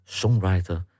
songwriter